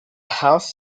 house